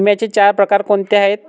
विम्याचे चार प्रकार कोणते आहेत?